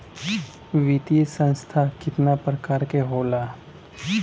वित्तीय संस्था कितना प्रकार क होला?